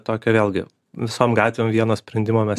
tokio vėlgi visom gatvėm vieno sprendimo mes